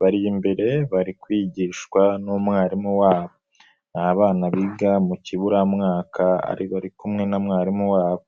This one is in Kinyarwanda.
bari imbere bari kwigishwa n'umwarimu wabo n' abana biga mu kiburamwaka bari kumwe na mwarimu wabo.